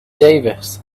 davis